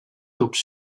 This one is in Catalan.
tubs